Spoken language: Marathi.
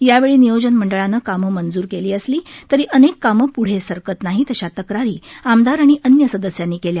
यावेळी नियोजन मंडळाने कामे मंजूर केली असली तरी अनेक कामे प्ढे सरकत नाही अशा तक्रारी आमदार आणि अन्य सदस्यांनी केल्या